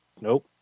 Nope